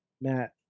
Matt